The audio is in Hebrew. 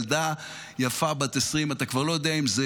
ילדה יפה בת 20. אתה כבר לא יודע אם זה